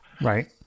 Right